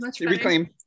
reclaim